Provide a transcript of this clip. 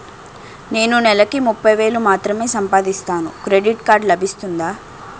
నేను నెల కి ముప్పై వేలు మాత్రమే సంపాదిస్తాను క్రెడిట్ కార్డ్ లభిస్తుందా?